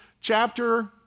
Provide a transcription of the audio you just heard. chapter